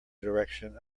direction